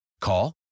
Call